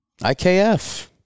IKF